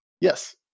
Yes